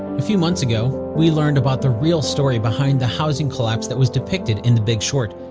a few months ago, we learned about the real story behind the housing collapse that was depicted in the big short.